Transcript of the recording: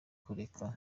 kureka